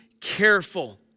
careful